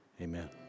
Amen